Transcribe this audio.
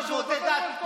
תעלה לחמש דקות.